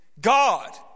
God